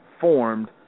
formed